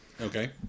Okay